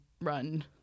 run